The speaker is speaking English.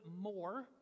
more